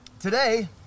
Today